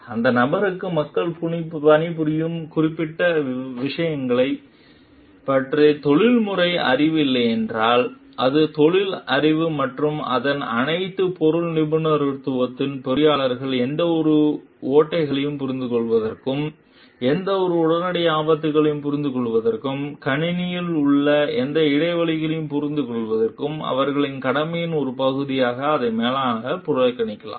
அந்த நபருக்கு மக்கள் பணிபுரியும் குறிப்பிட்ட விஷயத்தைப் பற்றிய தொழில்முறை அறிவு இல்லையென்றால் அது தொழில் அறிவு மற்றும் அதன் அனைத்து பொருள் நிபுணத்துவமும் பொறியியலாளர் எந்தவொரு ஓட்டைகளையும் புரிந்துகொள்வதற்கும் எந்தவொரு உடனடி ஆபத்துகளையும் புரிந்துகொள்வதற்கும் கணினியில் உள்ள எந்த இடைவெளிகளையும் புரிந்துகொள்வதற்கும் அவர்களின் கடமையின் ஒரு பகுதியாக அதை மேலாளரிடம் புகாரளிக்கலாம்